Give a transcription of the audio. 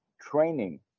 training